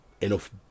enough